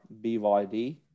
BYD